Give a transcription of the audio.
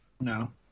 No